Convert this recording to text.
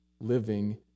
living